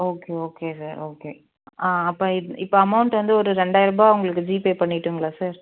okay okay sir okay அப்போ இப் இப்போ அமௌண்ட் ஒரு ரெண்டாயர்ரூபா உங்களுக்கு ஜிபே பண்ணிவிட்டுங்களா சார்